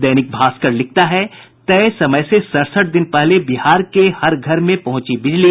दैनिक भास्कर लिखता है तय समय से सड़सठ दिन पहले बिहार के हर घर में पहुंची बिजली